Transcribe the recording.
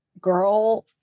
girl